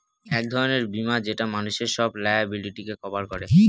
এক ধরনের বীমা যেটা মানুষের সব লায়াবিলিটিকে কভার করে